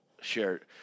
shared